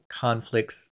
conflicts